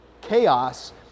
chaos